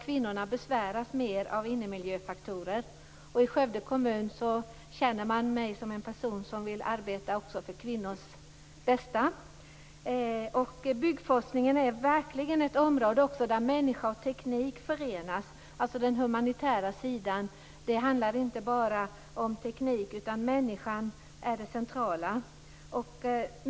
Kvinnorna besväras mer av innemiljöfaktorer. I Skövde kommun känner man mig som en person som vill arbeta också för kvinnors bästa. Byggforskningen är verkligen också ett område där människa och teknik förenas. Det finns alltså en humanitär sida. Det handlar inte bara om teknik, utan människan är det centrala.